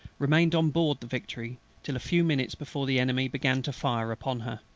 remained on board the victory till a few minutes before the enemy began to fire upon her.